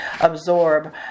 absorb